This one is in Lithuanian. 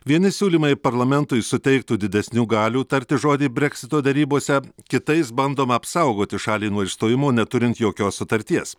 vieni siūlymai parlamentui suteiktų didesnių galių tarti žodį breksito derybose kitais bandoma apsaugoti šalį nuo išstojimo neturint jokios sutarties